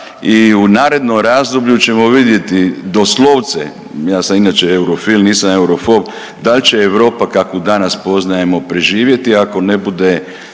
i u narednom razdoblju ćemo vidjeti doslovce, ja sam inače eurofil, nisam eurofob, da li će Europa kakvu danas poznajemo preživjeti, ako ne bude